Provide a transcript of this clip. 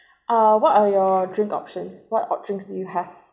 uh what are your drink options what options do you have